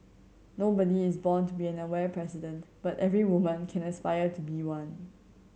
nobody is born to be an aware president but every woman can aspire to be one